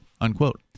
unquote